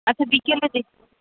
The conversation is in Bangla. আচ্ছা বিকেলে দেখুন